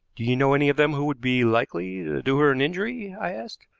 you know any of them who would be likely to do her an injury? i asked.